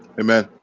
amen